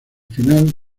final